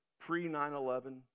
pre-9-11